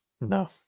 no